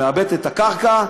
שמעבד את הקרקע,